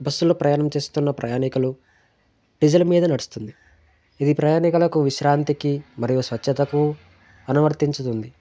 బస్సులో ప్రయాణం చేస్తున్న ప్రయాణికులు డిజిల్ మీద నడుస్తుంది ఇది ప్రయాణికులకు విశ్రాంతికి మరియు స్వచ్ఛతకు అనువర్తించుతుంది